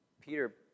Peter